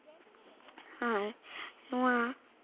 ᱟᱨ ᱱᱚᱶᱟ